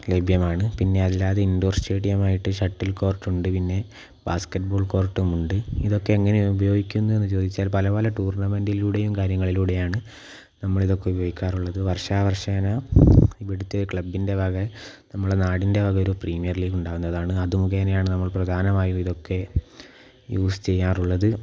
ലഭ്യമാണ് പിന്നെ അല്ലാതെ ഇൻ്റോർ സ്റ്റേഡിയം ആയിട്ട് ഷട്ടിൽ കോർട്ട് ഉണ്ട് പിന്നെ ബാസ്കറ്റ്ബാൾ കോർട്ടുമുണ്ട് ഇതൊക്കെ എങ്ങനെ ഉപയോഗിക്കുന്നു എന്ന് ചോദിച്ചാൽ പല പല ടൂർണ്ണമെൻ്റിലൂടെയും കാര്യങ്ങളിലൂടെയും ആണ് നമ്മൾ ഇതൊക്കെ ഉപയോഗിക്കാറുള്ളത് വർഷാവർഷേന ഇവിടുത്തെ ക്ലബ്ബിൻ്റെ വക നമ്മളെ നാടിൻ്റെ വക ഒരു പ്രീമിയർ ലീഗ് ഉണ്ടാവുന്നതാണ് അതു മുഖേനയാണ് നമ്മൾ പ്രധാനമായും ഇതൊക്കെ യൂസ് ചെയ്യാറുള്ളത്